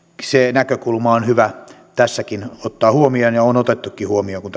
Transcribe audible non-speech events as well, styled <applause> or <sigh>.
näkökulma on hyvä tässäkin ottaa huomioon ja on otettukin huomioon kun <unintelligible>